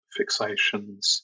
fixations